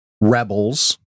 Rebels